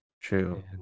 True